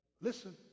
listen